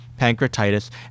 pancreatitis